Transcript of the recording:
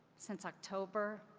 since october,